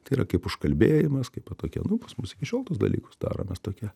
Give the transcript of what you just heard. tai yra kaip užkalbėjimas kaip tokia nu pas mus iki šiol tuos dalykus daro mes tokia